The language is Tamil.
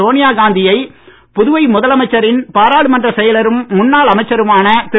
சோனியா காந்தியை புதுவை முதலமைச்சரின் பாராளுமன்ற செயலரும் முன்னாள் அமைச்சருமான திரு